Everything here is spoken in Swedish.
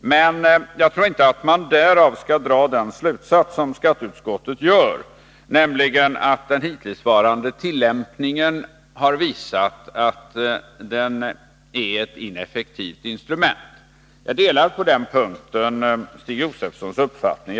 Men jag tror inte att man därav skall dra samma slutsats som skatteutskottet drar, nämligen att den hittillsvarande tillämpningen har visat att generalklausulen är ett ineffektivt instrument. På den punkten delar jag Stig Josefsons uppfattning.